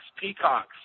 peacocks